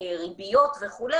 ריביות וכו',